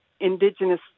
indigenous